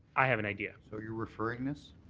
i have an idea. so you're referring this?